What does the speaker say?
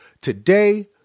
Today